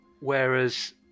Whereas